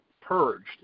purged